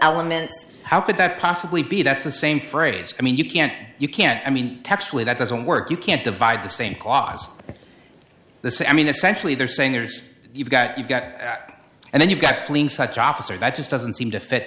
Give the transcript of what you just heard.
element how could that possibly be that's the same phrase i mean you can't you can't i mean textually that doesn't work you can't divide the same cause the same i mean essentially they're saying there's you've got you've got and then you've got clean such officer that just doesn't seem to fit